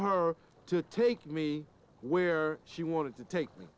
her to take me where she wanted to take me